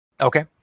Okay